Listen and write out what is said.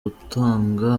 gutanga